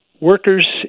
Workers